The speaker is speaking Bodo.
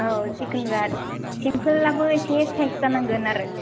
औ जेखुनु जाया सिमपोलाबो एसे साइज जानांगोन आरो